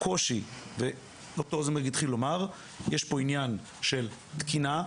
יש פה עניין של תקינה,